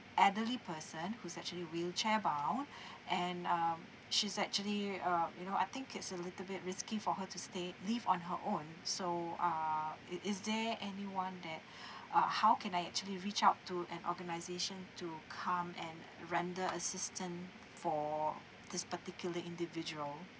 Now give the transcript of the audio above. elderly person who's actually wheelchair bound and uh she's actually uh you know I think it's a little bit risky for her to stay live on her own so err is is there anyone that uh how can I actually reach out to an organisation to come and render assistance for this particular individual